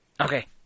Okay